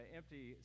empty